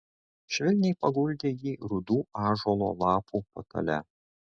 švelniai paguldė jį rudų ąžuolo lapų patale